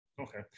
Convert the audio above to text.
okay